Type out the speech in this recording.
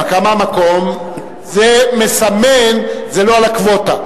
הנמקה מהמקום זה לא על הקווטה,